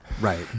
Right